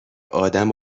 ادم